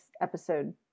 episode